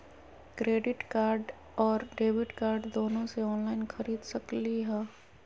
Credit card और debit card दोनों से ऑनलाइन खरीद सकली ह?